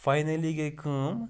finally گٔے کٲم